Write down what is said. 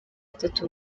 atatu